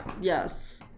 yes